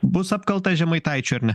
bus apkalta žemaitaičiui ar ne